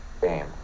game